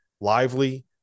Lively